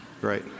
Great